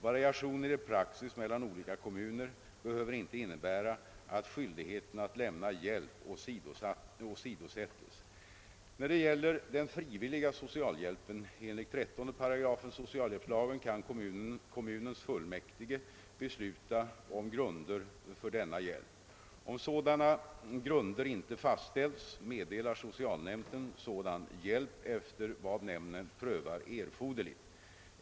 Variationer i praxis mellan olika kommuner behöver inte innebära att skyldigheten att lämna hjälp åsidosätts. När det gäller den frivilliga socialhjälpen enligt 13 § socialhjälpslagen kan kommunens fullmäktige besluta om grunder för denna hjälp. Om sådana grunder inte fastställts meddelar socialnämnden sådan hjälp efter vad nämnden prövar erforderligt.